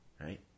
right